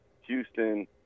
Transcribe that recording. Houston